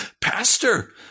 Pastor